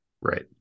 right